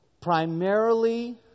primarily